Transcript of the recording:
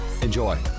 Enjoy